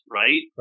right